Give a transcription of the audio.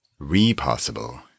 Repossible